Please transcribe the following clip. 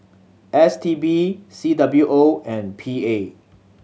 S T B C W O and P A